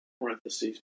parentheses